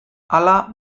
hala